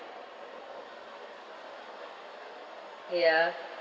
ya